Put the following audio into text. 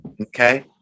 Okay